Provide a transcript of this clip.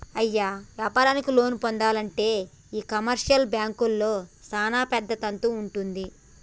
అయ్య వ్యాపారానికి లోన్లు పొందానంటే ఈ కమర్షియల్ బాంకుల్లో సానా పెద్ద తంతు వుంటది